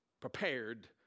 prepared